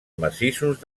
massissos